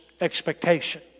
expectation